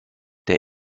der